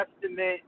Testament